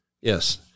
Yes